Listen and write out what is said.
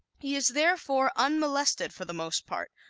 he is therefore unmolested for the most part,